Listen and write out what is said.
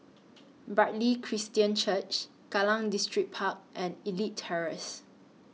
Bartley Christian Church Kallang Distripark and Elite Terrace